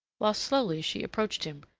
whilst slowly she approached him,